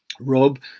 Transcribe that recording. Rob